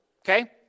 Okay